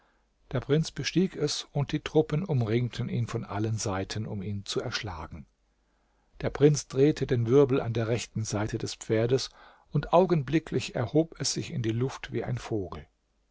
der prinz bestieg es und die truppen umringten ihn von allen seiten um ihn zu erschlagen der prinz drehte den wirbel an der rechten seite des pferdes und augenblicklich erhob es sich in die luft wie ein vogel